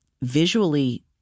visually